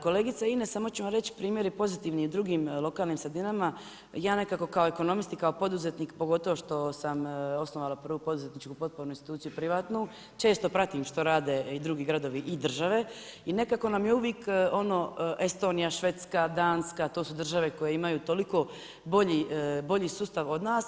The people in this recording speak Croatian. Kolegice Ines samo ću vam reći primjere pozitivnim i i u drugim lokalnih sredinama, ja nekako kao ekonomist i kao poduzetnik, pogotovo što sam osnovala prvu poduzetničku potporu instituciju privatnu, često pratim što rade i drugi gradovi i države i nekako nam je uvijek ono, Estonija, Švedska, Danska, to su države koje imaju toliko bolji sustav od nas.